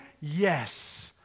Yes